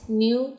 new